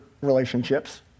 relationships